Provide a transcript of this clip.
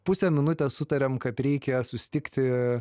pusę minutės sutarėm kad reikia susitikti